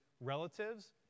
relatives